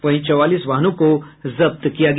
वहीं चौवालीस वाहनों को जब्त किया गया